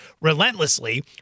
relentlessly